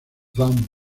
dan